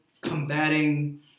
combating